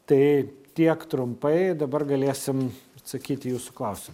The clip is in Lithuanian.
tai tiek trumpai dabar galėsim atsakyt į jūsų klausimu